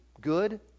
good